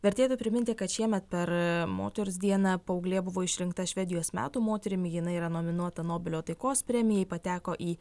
vertėtų priminti kad šiemet per moters dieną paauglė buvo išrinkta švedijos metų moterimi jinai yra nominuota nobelio taikos premijai pateko į